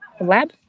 lab